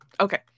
Okay